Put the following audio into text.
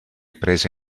prese